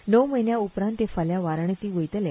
णव म्हयन्या उपरांत ते फाल्यां वाराणसी वतले